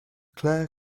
clare